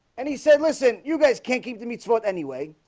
and he said listen you guys can't keep the meat so it anyway.